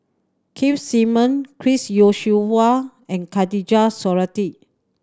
Keith Simmon Chris Yeo Siew Hua and Khatijah Surattee